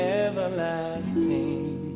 everlasting